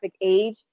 age